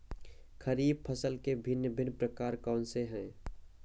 खरीब फसल के भिन भिन प्रकार कौन से हैं?